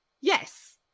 Yes